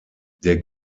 der